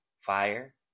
fire